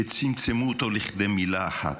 שצמצמו אותו לכדי מילה אחת.